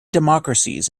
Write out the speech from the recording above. democracies